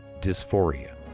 Dysphoria